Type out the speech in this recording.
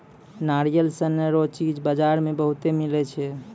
नारियल सन रो चीज बजार मे बहुते मिलै छै